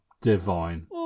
divine